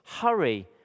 hurry